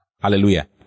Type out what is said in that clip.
Hallelujah